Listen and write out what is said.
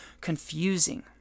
confusing